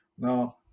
Now